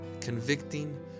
convicting